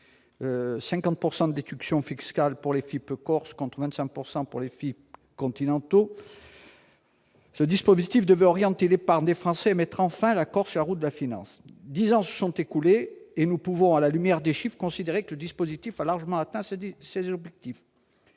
50 % de déduction fiscale pour les FIP-Corse, contre 25 % pour les FIP continentaux -, orienter l'épargne des Français et mettre enfin la Corse sur la route de la finance. Dix ans se sont écoulés, et nous pouvons, à la lumière des chiffres, considérer que le dispositif a largement atteint ses objectifs.